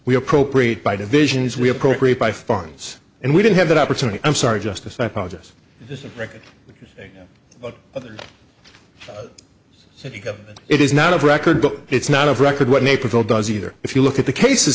we appropriate by division is we appropriate by funds and we didn't have that opportunity i'm sorry just a psychologist just a record other i think of it is not of record but it's not of record what naperville does either if you look at the cases